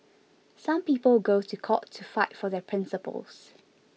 some people go to court to fight for their principles